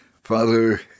Father